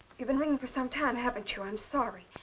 you've been ringing for some time, haven't you? i'm sorry.